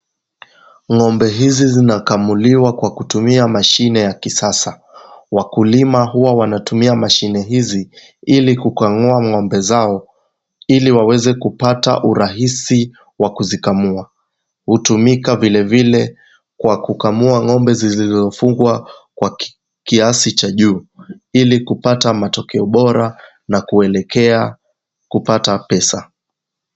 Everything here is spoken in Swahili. Ng'ombe hizi zinakamuliwa kwa kutumia mashine ya kisasa. Wakulima huwa wanatumia mashine hizi, ili kukamua ng'ombe zao, ili waweze kupata urahisi wa kuzikamua. Hutumika vile vile kwa kukamau ng'ombe zilizofungwa kwa kiasi cha juu, ili kupata matokeo bora na kuelekea kupata pesa.